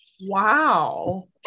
wow